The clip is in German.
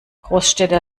großstädter